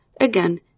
again